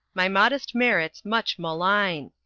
my modest merits much malign.